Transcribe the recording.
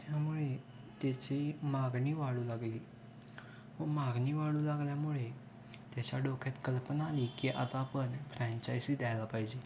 त्यामुळे त्याची मागणी वाढू लागली व मागणी वाढू लागल्यामुळे त्याच्या डोक्यात कल्पना आली की आता आपण फ्रॅन्चाईजी द्यायला पाहिजे